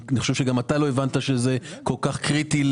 אני חושב שגם אתה לא הבנת שזה כל כך קריטי.